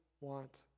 want